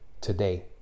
today